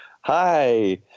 hi